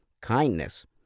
kindness